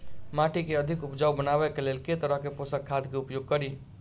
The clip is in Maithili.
माटि केँ अधिक उपजाउ बनाबय केँ लेल केँ तरहक पोसक खाद केँ उपयोग करि?